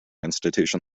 institution